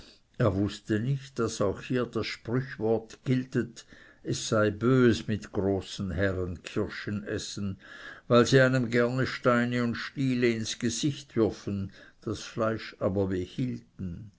er wußte nicht daß auch hier das sprüchwort giltet es sei bös mit großen herren kirschen essen weil sie einem gerne steine und stiele ins gesicht würfen das fleisch aber behielten